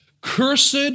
Cursed